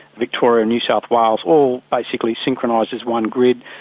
victoria, new south wales, all basically synchronised as one group.